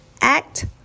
act